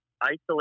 isolate